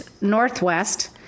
northwest